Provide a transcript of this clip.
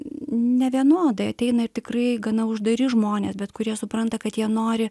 nevienodai ateina ir tikrai gana uždari žmonės bet kurie supranta kad jie nori